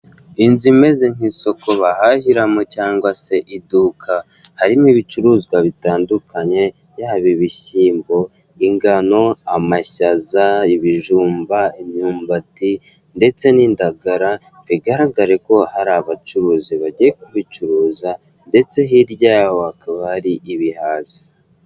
Inzu imeze nk'isoko bahahiramo cyangwa se iduka, harimo ibicuruzwa bitandukanye yaba ibishyimbo, ingano, amashaza, ibijumba, imyumbati ndetse n'indagara bigaragare ko hari abacuruzi bagiye kubicuruza ndetse hirya yaho hakaba hari ibihazi.